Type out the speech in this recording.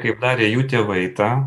kaip darė jų tėvai tą